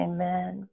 Amen